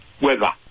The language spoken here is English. Weather